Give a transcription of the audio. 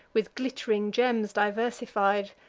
with glitt'ring gems diversified,